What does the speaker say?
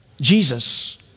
Jesus